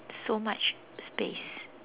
so much space